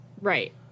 right